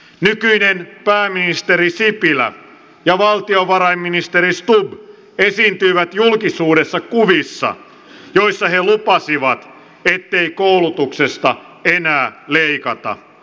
nykyinen pääministeri sipilä ja valtiovarainministeri stubb esiintyivät julkisuudessa kuvissa joissa he lupasivat ettei koulutuksesta enää leikata